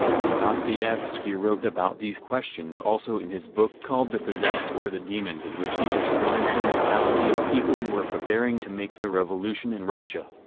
and dostoyevsky wrote about these questions also in his book called the possessed or the demons in which he describes the mentality of people who were preparing to make the revolution in russia.